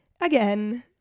again